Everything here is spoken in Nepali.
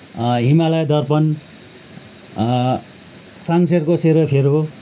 हिमालय दर्पण साङ्सेरको सेरोफेरो